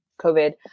COVID